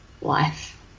life